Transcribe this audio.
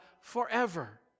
forever